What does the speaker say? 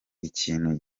ikintu